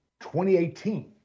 2018